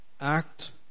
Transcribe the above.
act